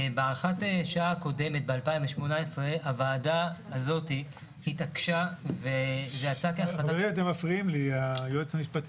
בהארכה הקודמת ב-2018 הוועדה הזאת התנתה את ההארכה הנוספת